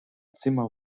zimmer